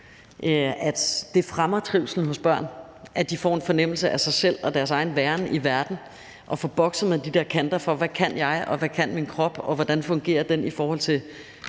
at det fremmer trivslen hos børn, at de får en fornemmelse af sig selv og deres egen væren i verden og får bokset med de der kanter omkring, hvad man selv kan, hvad ens krop kan, og hvordan den fungerer i forhold til